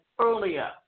earlier